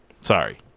Sorry